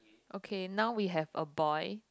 okay now we have a boy